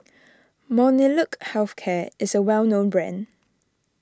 Molnylcke Health Care is a well known brand